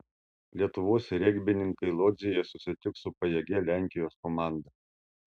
lietuvos regbininkai lodzėje susitiks su pajėgia lenkijos komanda